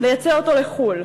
לייצא אותו לחו"ל.